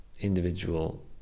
individual